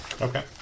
okay